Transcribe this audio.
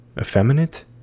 effeminate